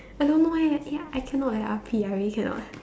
I don't know eh ya I cannot eh R_P ya I really cannot